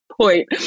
point